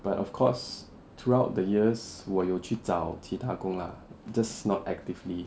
but of course throughout the years 我有去找其他工 lah just not actively